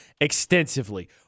extensively